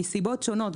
מסיבות שונות,